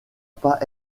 pas